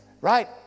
right